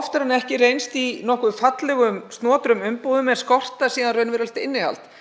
oftar en ekki reynst í nokkuð fallegum og snotrum umbúðum en skort raunverulegt innihald.